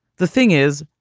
the thing is,